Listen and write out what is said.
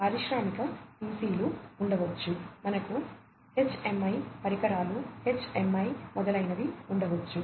PLC and పరికరాలు HMI మొదలైనవి ఉండవచ్చు